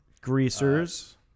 Greasers